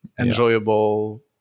enjoyable